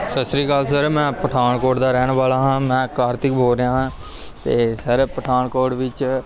ਸਤਿ ਸ਼੍ਰੀ ਅਕਾਲ ਸਰ ਮੈਂ ਪਠਾਨਕੋਟ ਦਾ ਰਹਿਣ ਵਾਲਾ ਹਾਂ ਮੈਂ ਕਾਰਤਿਕ ਬੋਲ ਰਿਹਾ ਹਾਂ ਅਤੇ ਸਰ ਪਠਾਨਕੋਟ ਵਿੱਚ